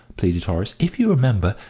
pleaded horace. if you remember,